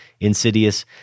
Insidious